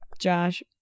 Josh